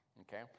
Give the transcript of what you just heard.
okay